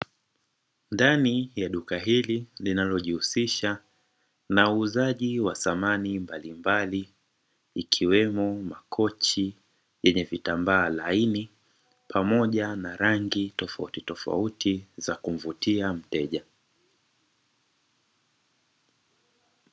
Ndani ya duka hili linalojihusisha na uuzaji wa samani mbalimbali ikiwemo makochi yenye vitambaa laini, pamoja na rangi tofautitofauti za kumvutia mteja.